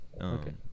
Okay